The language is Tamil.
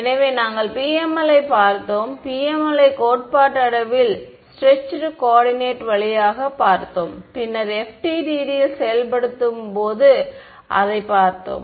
எனவே நாங்கள் PML யை பார்த்தோம் PML யை கோட்பாட்டளவில் ஸ்ட்ரெச்செடு கோஓர்டினேட் வழியாக பார்த்தோம் பின்னர் FDTD இல் செயல்படுத்தும்போது பார்த்தோம்